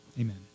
Amen